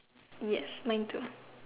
yes mine too